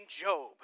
Job